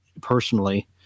personally